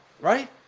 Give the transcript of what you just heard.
Right